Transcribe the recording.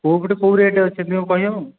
କେଉଁ ପଟେ କେଉଁ ରେଟ୍ ଅଛି କ'ଣ କହି ହେବ